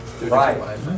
Right